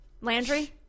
Landry